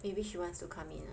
maybe she wants to come in ah